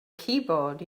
keyboard